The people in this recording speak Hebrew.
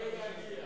זה יגיע.